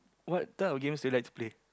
what type of games do you like to play